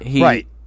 right